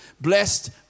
blessed